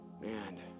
Man